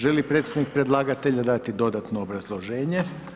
Želi li predstavnik predlagatelja dati dodatno obrazloženje?